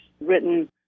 written